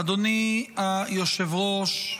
אדוני היושב-ראש,